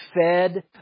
fed